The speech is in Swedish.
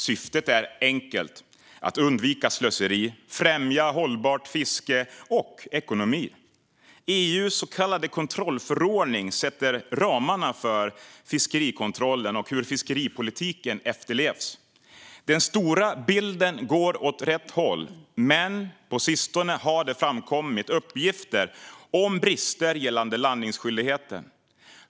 Syftet är enkelt: att undvika slöseri, främja hållbart fiske och ekonomi. EU:s så kallade kontrollförordning sätter ramarna för fiskerikontrollen och hur fiskeripolitiken efterlevs. Den stora bilden går åt rätt håll. Men på sistone har det framkommit uppgifter om brister gällande landningsskyldigheten.